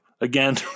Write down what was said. Again